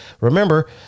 remember